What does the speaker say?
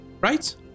right